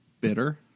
bitter